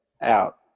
out